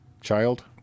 child